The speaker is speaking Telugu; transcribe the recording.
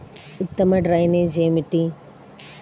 ఉత్తమ డ్రైనేజ్ ఏమిటి?